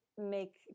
make